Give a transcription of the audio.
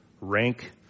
rank